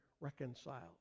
reconciled